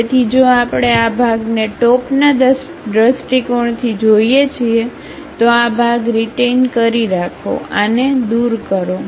તેથી જો આપણે આ ભાગને ટોપના દ્રષ્ટિકોણથી જોઈએ છીએ તો આ ભાગ રીટેઈન કરી રાખો આને દૂર કરો